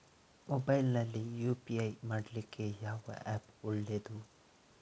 Mobile ನಲ್ಲಿ UPI ಮಾಡ್ಲಿಕ್ಕೆ ಯಾವ ಆ್ಯಪ್ ಒಳ್ಳೇದು?